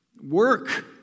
work